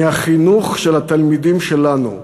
מהחינוך של התלמידים שלנו.